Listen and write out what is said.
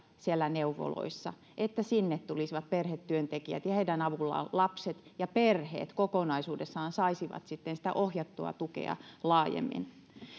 neuvoloissa että sinne tulisivat perhetyöntekijät ja että heidän avullaan lapset ja perheet kokonaisuudessaan saisivat sitten sitä ohjattua tukea laajemmin